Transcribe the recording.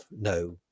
no